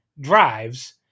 drives